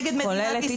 נגד מדינת ישראל.